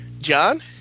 John